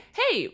hey